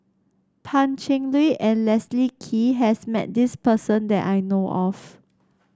Pan Cheng Lui and Leslie Kee has met this person that I know of